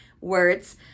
words